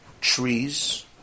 trees